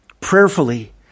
Prayerfully